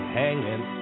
hanging